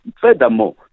Furthermore